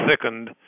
thickened